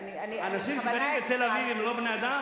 אנשים שגרים בתל-אביב הם לא בני-אדם?